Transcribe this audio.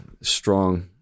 strong